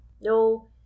No